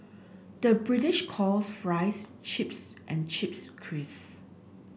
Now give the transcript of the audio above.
the British calls fries chips and chips crisps